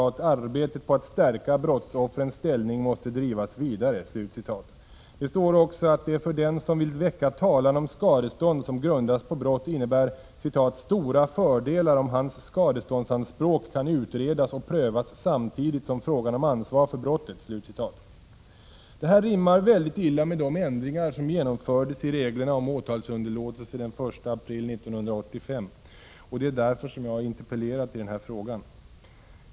1986/87:21 brottsoffrens ställning måste drivas vidare”. Det står också att det för den 7 november 1986 fördelar om hans skadeståndsanspråk kan utredas och prövas samtidigt som =. jr ja, Nå. 2 SETS RE inverkan på brottsfrågan om ansvar för brottet”. Det här rimmar väldigt illa med de ändringar offrens rättsliga ställ som genomfördes i reglerna om åtalsunderlåtelse den 1 april 1985, och det är ng Reese därför som jag har interpellerat i den här frågan.